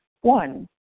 One